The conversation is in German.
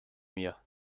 mir